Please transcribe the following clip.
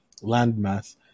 landmass